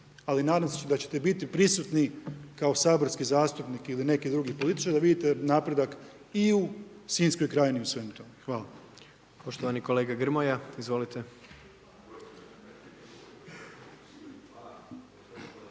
ali nadam se da ćete biti prisutni, kao saborski zastupnik ili neki drugi političar, da vidite napredak i u sinjskoj krajnji i u svemu tome. Hvala. **Jandroković, Gordan (HDZ)**